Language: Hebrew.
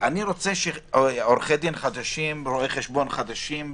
אני רוצה שעורכי דין חדשים, רואי חשבון חדשים,